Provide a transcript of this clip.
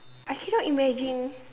I cannot imagine